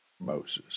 Moses